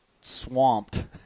swamped